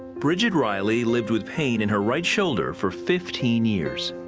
bridget reilly lived with pain in her right shoulder for fifteen years.